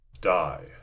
Die